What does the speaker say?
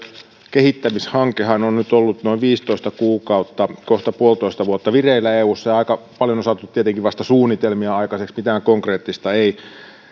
kehittämishankehan on nyt ollut noin viisitoista kuukautta kohta yksi pilkku viisi vuotta vireillä eussa aika paljon on saatu tietenkin vasta suunnitelmia aikaiseksi mitään konkreettista ei